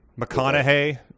McConaughey